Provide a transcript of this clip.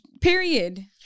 period